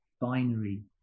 binary